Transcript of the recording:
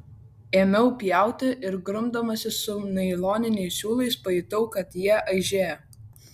ėmiau pjauti ir grumdamasis su nailoniniais siūlais pajutau kad jie aižėja